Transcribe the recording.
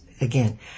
again